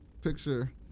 picture